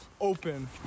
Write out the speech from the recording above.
open